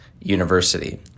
University